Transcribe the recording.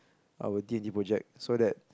our D-and-T project so that